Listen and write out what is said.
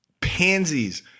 pansies